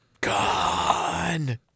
Gone